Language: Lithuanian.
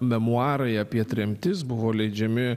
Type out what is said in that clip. memuarai apie tremtis buvo leidžiami